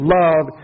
love